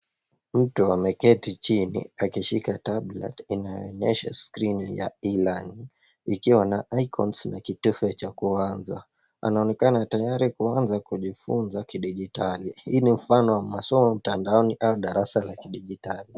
Mtu ameketi chini akishika tablet , inayoonyesha skirini ya [cs[E-learning ,ikiwa na icons na kitufe cha kuanza. Anaonekana tayari kuanza kujifunza kidijitali. Hii ni mfano wa masomo mtandaoni au darasa la kidijitali.